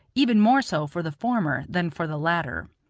even more so for the former than for the latter.